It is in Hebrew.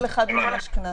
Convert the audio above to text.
על כל אחד מהם מוטל קנס.